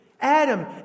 Adam